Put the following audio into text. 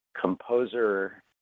composer